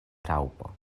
raŭpo